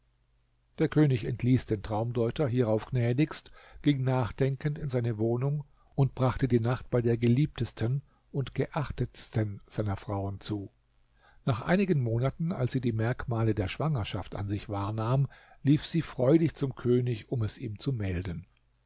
der könig entließ die traumdeuter hierauf gnädigst ging nachdenkend in seine wohnung und brachte die nacht bei der geliebtesten und geachtetsten seiner frauen zu nach einigen monaten als sie die merkmale der schwangerschaft an sich wahrnahm lief sie freudig zum könig um es ihm zu melden